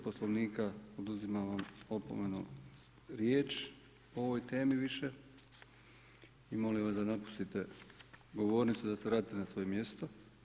Poslovnika oduzimam vam opomenom riječ o ovoj temi više i molim vas da napustite govornicu i da se vratite na svoje mjesto.